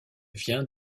vient